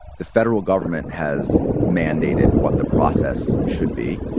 the federal government has mandated what the process should be.